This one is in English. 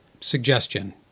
suggestion